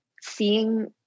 seeing